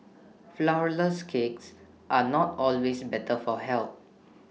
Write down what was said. Flourless Cakes are not always better for health